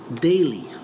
daily